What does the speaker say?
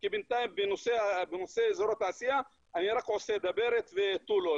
כי בינתיים באזור התעשייה אני רק עושה דברת ותו לא,